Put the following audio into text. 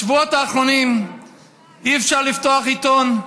בשבועות האחרונים אי-אפשר לפתוח עיתון,